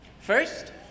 First